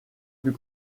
plus